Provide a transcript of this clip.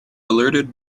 alerted